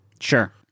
Sure